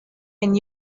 can